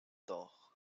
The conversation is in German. doch